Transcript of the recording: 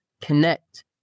connect